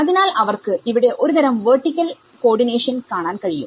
അതിനാൽ അവർക്ക് ഇവിടെ ഒരു തരം വെർട്ടിക്കൽ കോഓർഡിനേഷൻ കാണാൻ കഴിയും